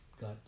got